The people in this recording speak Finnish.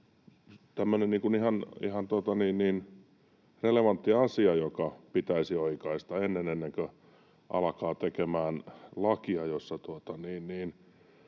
relevantti asia, joka pitäisi oikaista ennen kuin alkaa tekemään lakia,